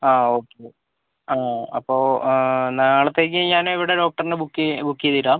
ആ ഓക്കെ അപ്പോൾ നാളത്തേക്ക് ഞാന് ഇവിടെ ഡോക്ടറിന് ബുക്ക് ബുക്ക് ചെയ്തിടാം